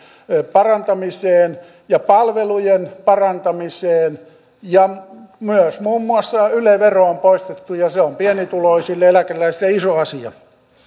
parantamiseen ja palvelujen parantamiseen ja myös muun muassa yle vero on poistettu ja se on pienituloisille eläkeläisille iso asia